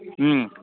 ಹ್ಞೂ